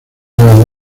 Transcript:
son